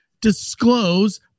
disclose